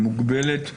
מוגבלת,